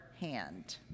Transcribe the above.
hand